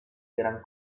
gran